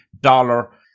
dollar